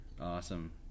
Awesome